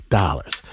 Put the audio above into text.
dollars